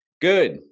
good